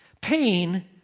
Pain